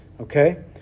okay